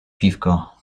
piwko